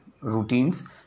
routines